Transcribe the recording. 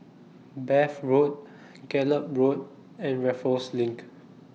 Bath Road Gallop Road and Raffles LINK